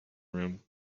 room